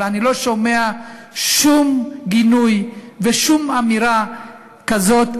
אבל אני לא שומע שום גינוי ושום אמירה כזאת.